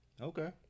Okay